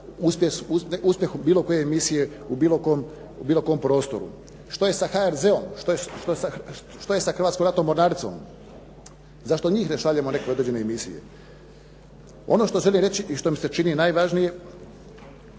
uspjehu bilo koje misije u bilo kom prostoru. Što je sa HRZ-om? Što je sa Hrvatskom ratnom mornaricom? Zašto njih ne šaljemo u neke određene misije? Ono što želim reći i što mi se čini najvažnijim,